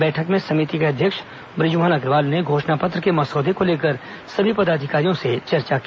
बैठक में समिति के अध्यक्ष ब्रजमोहन अग्रवाल ने घोषणा पत्र के मसौदे को लेकर सभी पदाधिकारियों से चर्चा की